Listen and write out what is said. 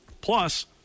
Plus